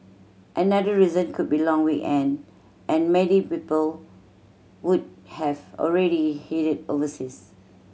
another reason could be long weekend and many people would have already headed overseas